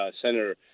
Senator